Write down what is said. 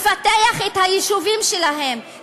לפתח את היישובים שלהם,